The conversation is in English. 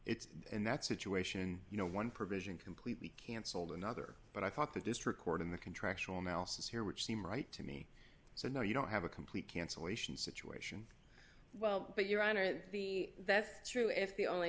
it's in that situation you know one provision completely cancelled another but i thought that this record in the contractual analysis here which seem right to me so no you don't have a complete cancellation situation well but your honor the that's true if the only